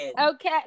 Okay